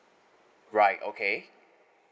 right okay